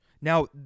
now